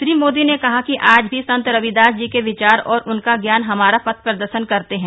श्री मोदी ने कहा कि आज भी संत रविदास जी के विचार और उनका ज्ञान हमारा पथप्रदर्शन करते हैं